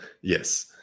yes